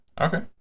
Okay